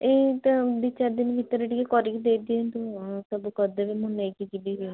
ଏଇଟା ଦୁଇ ଚାରି ଦିନ ଭିତରେ ଟିକେ କରିକି ଦେଇ ଦିଅନ୍ତୁ ସବୁ କରିଦେବେ ମୁଁ ନେଇକି ଯିବି